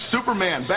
Superman